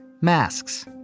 masks